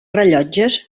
rellotges